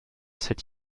cette